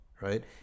Right